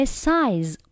size